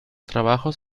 trabajos